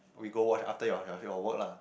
we go watch after your your your work lah